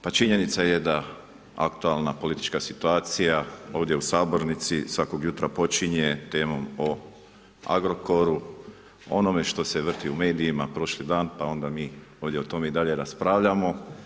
Pa činjenica je da aktualna politička situacija ovdje u sabornici svakog jutra počinje temom o Agrokoru, onome što se vrti u medijima, prošli dan, pa onda mi ovdje o tome i dalje raspravljamo.